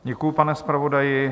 Děkuji, pane zpravodaji.